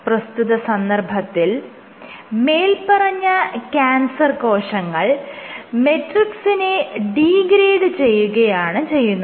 പ്രസ്തുത സന്ദർഭത്തിൽ മേല്പറഞ്ഞ ക്യാൻസർ കോശങ്ങൾ മെട്രിക്സിനെ ഡീഗ്രേഡ് ചെയ്യുകയാണ് ചെയ്യുന്നത്